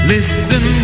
Listen